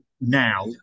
Now